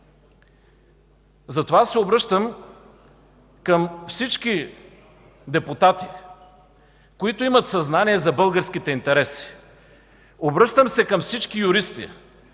Затова се обръщам към всички депутати, които имат съзнание за българските интереси, обръщам се към всички юристи,